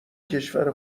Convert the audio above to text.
کشور